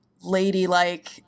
ladylike